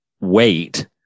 wait